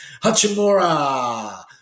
Hachimura